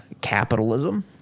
capitalism